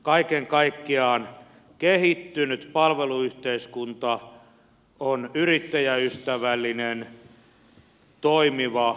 kaiken kaikkiaan kehittynyt palveluyhteiskunta on yrittäjäystävällinen toimiva ja työllistävä